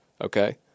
Okay